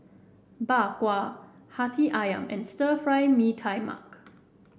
Bak Kwa Hati ayam and Stir Fried Mee Tai Mak